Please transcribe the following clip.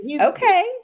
Okay